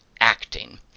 acting